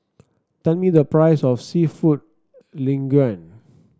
tell me the price of seafood Linguine